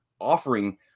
offering